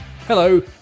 Hello